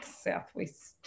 southwest